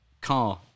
car